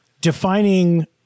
defining